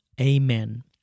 Amen